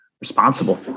responsible